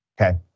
okay